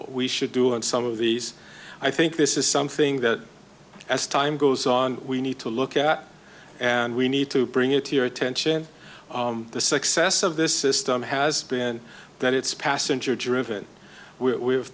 we should do and some of these i think this is something that as time goes on we need to look at and we need to bring it here attention the success of this system has been that it's passenger driven we